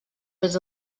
was